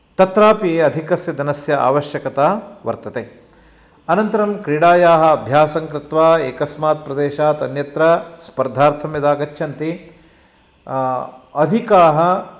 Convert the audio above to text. तत्रापि अधिकस्य धनस्य आवश्यकता वर्तते अनन्तरं क्रिडायाः अभ्यासं कृत्वा एकस्मात् प्रदेशात् अन्यत्र स्पर्धार्थं यदा गच्छन्ति अधिकाः